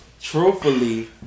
Truthfully